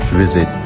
visit